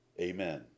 Amen